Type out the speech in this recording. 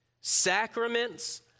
sacraments